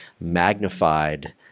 magnified